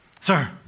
Sir